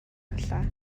явлаа